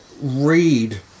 read